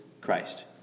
Christ